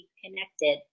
connected